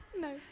No